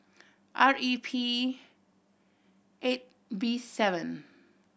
R E P eight B seven